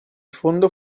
fondo